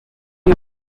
you